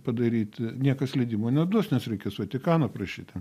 padaryti niekas leidimo neduos nes reikės vatikano prašyti